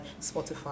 Spotify